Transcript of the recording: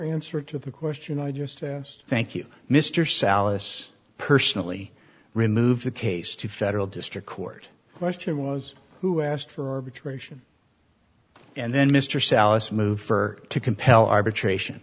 answer to the question i just thank you mr solace personally remove the case to federal district court question was who asked for which gratian and then mr sallis moved her to compel arbitration